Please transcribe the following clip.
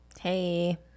Hey